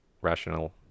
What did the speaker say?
rational